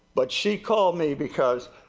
but she called me because,